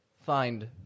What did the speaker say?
find